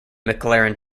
mclaren